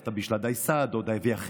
סבתא בישלה דייסה, דודה הביאה חמאה,